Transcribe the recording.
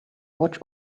watch